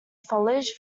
foliage